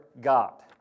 God